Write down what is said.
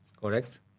Correct